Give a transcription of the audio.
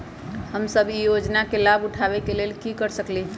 हम सब ई योजना के लाभ उठावे के लेल की कर सकलि ह?